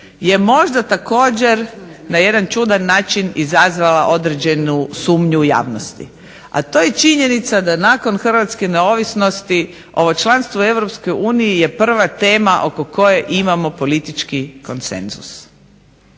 je možda također na jedan čudan način izazvala određenu sumnju u javnosti. A to je činjenica da nakon hrvatske neovisnosti ovo članstvo u EU je prva tema oko koje imamo politički konsenzus.